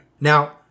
Now